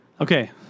Okay